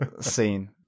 scene